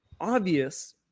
obvious